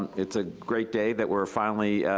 it's a great day that we're finally, ah,